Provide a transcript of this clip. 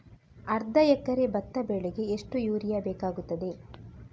ಅರ್ಧ ಎಕರೆ ಭತ್ತ ಬೆಳೆಗೆ ಎಷ್ಟು ಯೂರಿಯಾ ಬೇಕಾಗುತ್ತದೆ?